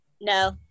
no